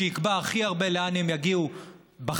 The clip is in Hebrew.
שיקבע הכי הרבה לאן הם יגיעו בחיים